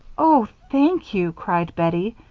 oh, thank you! cried bettie.